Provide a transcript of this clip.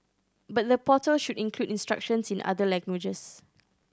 but the portal should include instructions in other languages